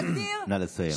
נא לסיים.